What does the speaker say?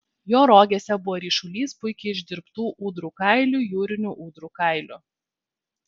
jo rogėse buvo ryšulys puikiai išdirbtų ūdrų kailių jūrinių ūdrų kailių